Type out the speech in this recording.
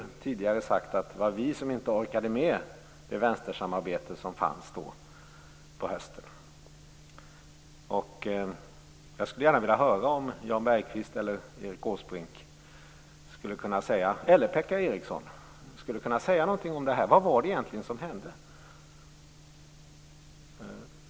Ni har tidigare sagt att det var vi som inte orkade med det vänstersamarbete som då fanns på hösten. Jag skulle gärna vilja höra Jan Bergqvist, Erik Åsbrink eller Per-Ola Eriksson säga någonting om detta. Vad var det egentligen som hände?